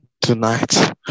tonight